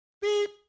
beep